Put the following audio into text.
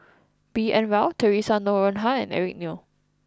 B N Rao Theresa Noronha and Eric Neo